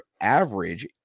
Average